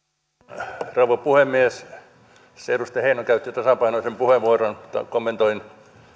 arvoisa rouva puhemies edustaja heinonen käytti tasapainoisen puheenvuoron mutta kommentoin